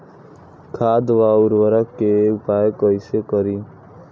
खाद व उर्वरक के उपयोग कईसे करी?